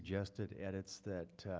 suggested edits that